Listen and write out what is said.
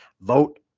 Vote